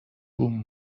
بوووم